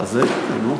נו.